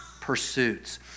pursuits